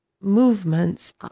movements